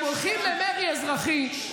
כשאתם הולכים למרי אזרחי,